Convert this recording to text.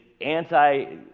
anti